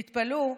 תתפלאו,